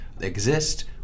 exist